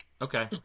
Okay